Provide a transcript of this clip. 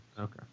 Okay